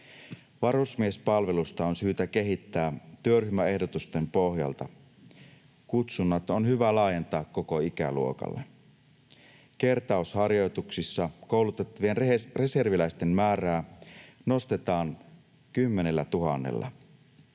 Varusmiespalvelusta on syytä kehittää työryhmän ehdotusten pohjalta. Kutsunnat on hyvä laajentaa koko ikäluokalle. Kertausharjoituksissa koulutettavien reserviläisten määrää nostetaan 10 000:lla.